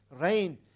rain